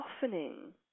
softening